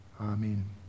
amen